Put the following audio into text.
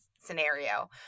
scenario